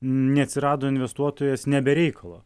neatsirado investuotojas ne be reikalo